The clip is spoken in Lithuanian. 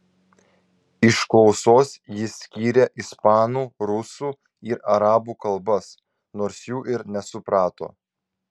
iš klausos jis skyrė ispanų rusų ir arabų kalbas nors jų ir nesuprato